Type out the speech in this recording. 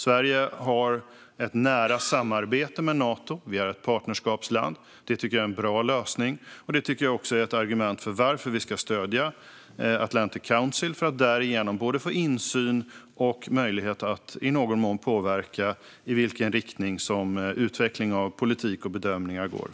Sverige har ett nära samarbete med Nato, och vi är ett partnerskapsland, vilket är en bra lösning. Det är också ett argument för att vi ska stödja Atlantic Council. På så sätt får vi insyn och i någon mån möjlighet att påverka i vilken riktning utvecklingen av politik och bedömningar går.